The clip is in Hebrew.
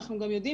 אנחנו יודעים,